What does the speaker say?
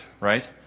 right